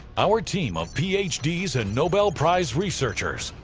our team of ph ds and nobel prize researchers,